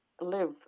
live